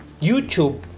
YouTube